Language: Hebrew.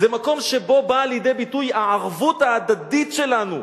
זה מקום שבו באה לידי ביטוי הערבות ההדדית שלנו.